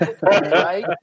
right